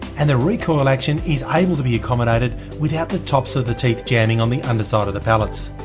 and the recoil action is able to be accommodated without the tops of the teeth jamming on the underside of the pallets.